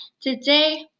Today